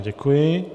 Děkuji.